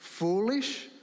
Foolish